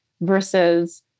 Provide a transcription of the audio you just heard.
versus